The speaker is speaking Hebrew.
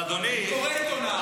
אבל אדוני --- אני קורא עיתון הארץ.